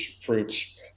fruits